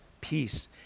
peace